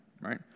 right